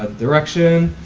ah direction,